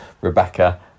Rebecca